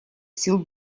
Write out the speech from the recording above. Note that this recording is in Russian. сил